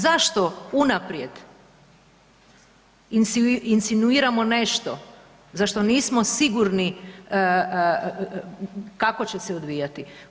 Zašto unaprijed insinuiramo nešto za što nismo sigurni kako će se odvijati.